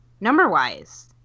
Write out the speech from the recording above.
number-wise